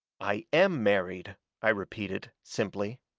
i am married i repeated, simply.